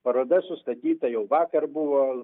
paroda sustatyta jau vakar buvo